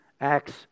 acts